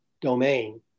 Domain